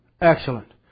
Excellent